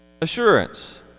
Assurance